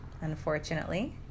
unfortunately